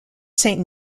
saint